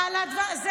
זה לא נכון, אני שם.